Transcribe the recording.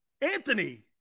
Anthony